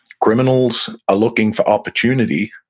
criminals are looking for opportunity.